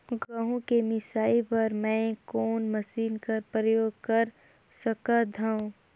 गहूं के मिसाई बर मै कोन मशीन कर प्रयोग कर सकधव?